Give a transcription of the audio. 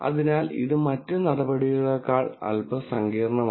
അതിനാൽ ഇത് മറ്റ് നടപടികളേക്കാൾ അൽപ്പം സങ്കീർണ്ണമാണ്